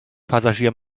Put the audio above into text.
passagier